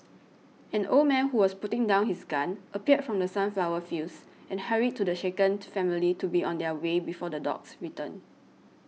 an old man who was putting down his gun appeared from the sunflower fields and hurried to the shaken family to be on their way before the dogs return